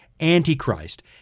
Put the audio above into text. Antichrist